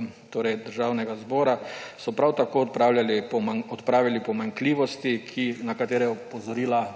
odboru Državnega zbora, so prav tako odpravili pomanjkljivosti, na katere je opozorila